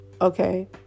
okay